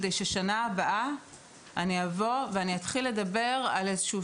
כדי שבשנה הבאה אני אבוא ואני אתחיל לדבר על איזשהו